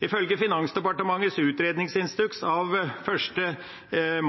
Ifølge Finansdepartementets utredningsinstruks av 1.